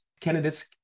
candidates